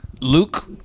Luke